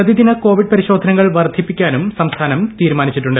പ്രതിദിന കോവിഡ് പരിശോധനകൾ വർധിപ്പിക്കാനും സംസ്ഥാനം തീരുമാനിച്ചിട്ടുണ്ട്